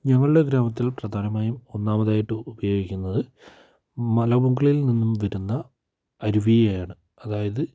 ഞങ്ങളുടെ ഗ്രാമത്തിൽ പ്രധാനമായും ഒന്നാമതായിട്ട് ഉപയോഗിക്കുന്നത് മല മുകളിൽ നിന്നും വരുന്ന അരുവിയെ ആണ് അതായത്